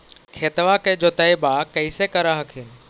खेतबा के जोतय्बा कैसे कर हखिन?